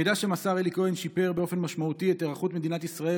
המידע שמסר אלי כהן שיפר באופן משמעותי את היערכות מדינת ישראל